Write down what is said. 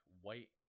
white